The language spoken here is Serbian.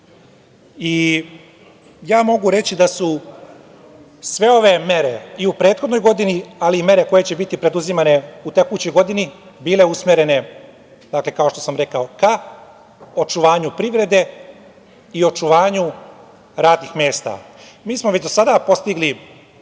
i mogu reći da su sve ove mere i u prethodnoj godini, ali i mere koje će biti preduzimane u tekućoj godini, bile usmerene kao što sam rekao, ka očuvanju privrede i očuvanju radnih mesta. Mi smo već do sada postigli